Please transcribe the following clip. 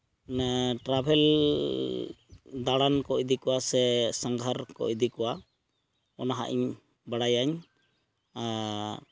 travel ᱫᱟᱬᱟᱱ ᱠᱚ ᱤᱫᱤ ᱠᱚᱣᱟ ᱥᱮ ᱥᱟᱸᱜᱷᱟᱨ ᱠᱚ ᱤᱫᱤ ᱠᱚᱣᱟ ᱚᱱᱟ ᱦᱟᱸᱜ ᱤᱧ ᱵᱟᱲᱟᱭᱟᱹᱧ ᱟᱨ